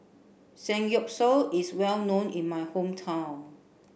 Samgyeopsal is well known in my hometown